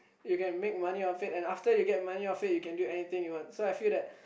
you can make money off it and after you get off it you can do anything you want so I feel like